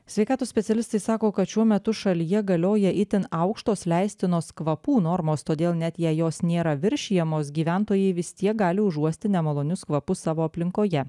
sveikatos specialistai sako kad šiuo metu šalyje galioja itin aukštos leistinos kvapų normos todėl net jei jos nėra viršijamos gyventojai vis tiek gali užuosti nemalonius kvapus savo aplinkoje